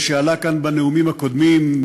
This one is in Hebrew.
שעלה כאן בנאומים הקודמים,